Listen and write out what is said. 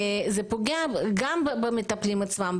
וזה פוגע גם במטפלים עצמם,